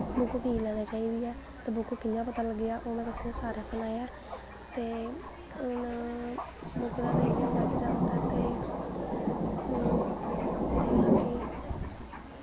book कीऽ लैनी चाहिदी ऐ ते बुक्क कि'यां पता लग्गेआ ओह् में तुसेंगी सारा सनाया ऐ ते हून बुक्क दा ते इ'यै होंदा जैदातर ते जि'यां कि